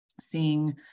seeing